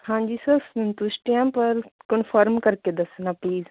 ਹਾਂਜੀ ਸਰ ਸੰਤੁਸ਼ਟ ਹਾਂ ਪਰ ਕੰਨਫਰਮ ਕਰਕੇ ਦੱਸਣਾ ਪਲੀਜ਼